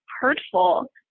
hurtful